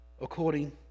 according